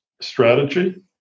strategy